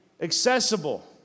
accessible